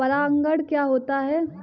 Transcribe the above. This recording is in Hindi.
परागण क्या होता है?